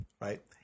right